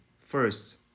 First